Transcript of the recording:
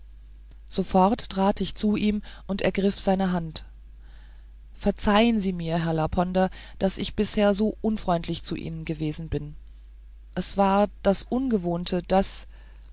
sofort trat ich zu ihm und ergriff seine hand verzeihen sie mir herr laponder daß ich bisher so unfreundlich zu ihnen gewesen bin es war das ungewohnte das